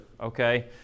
okay